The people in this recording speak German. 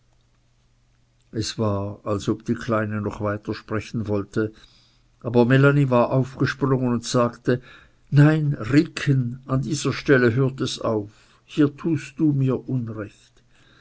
es war als ob die kleine noch weiter sprechen wollte aber melanie war aufgesprungen und sagte nein riekchen an dieser stelle hört es auf hier tust du mir unrecht